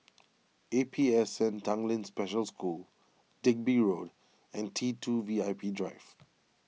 A P S N Tanglin Special School Digby Road and T two V I P Drive